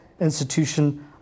institution